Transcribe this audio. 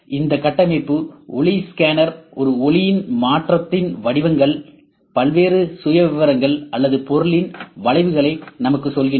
இந்த கட்டமைப்பு ஒளி ஸ்கேனர் ஒரு ஒளியின் மாற்றத்தின் வடிவங்கள் பல்வேறு சுயவிவரங்கள் அல்லது பொருளின் வளைவுகளை நமக்கு சொல்கின்றன